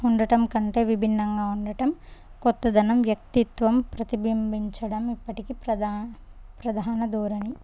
ఉండటం కంటే విభిన్నంగా ఉండటం కొత్తదనం వ్యక్తిత్వం ప్రతిబింబించడం ఇప్పటికీ ప్రధా ప్రధాన ధోరణి